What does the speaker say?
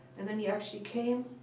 and then he actually came.